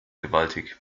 gewaltig